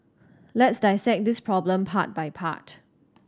let's dissect this problem part by part